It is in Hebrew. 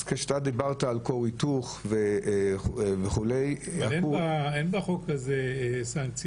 אז כשאתה דיברת על כור היתוך וכו' --- אין בחוק הזה סנקציה.